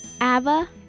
Abba